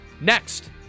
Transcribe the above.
next